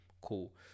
Cool